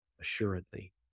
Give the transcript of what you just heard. Assuredly